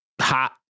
hot